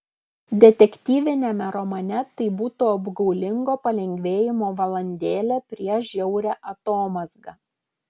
detektyviniame romane tai būtų apgaulingo palengvėjimo valandėlė prieš žiaurią atomazgą